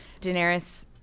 Daenerys